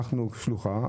אנחנו שלוחה,